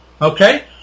Okay